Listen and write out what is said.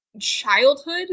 Childhood